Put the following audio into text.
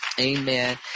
Amen